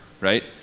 right